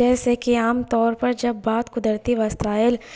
جیسے کہ عام طور پر جب بات قدرتی وسائل